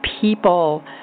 people